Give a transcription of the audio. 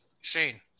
Shane